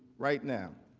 right now,